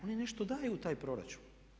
Oni nešto daju u taj proračun.